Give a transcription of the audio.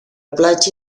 platja